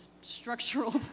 structural